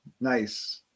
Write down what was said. Nice